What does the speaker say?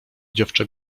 dziewczę